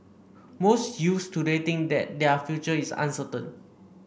most youths today think that their future is uncertain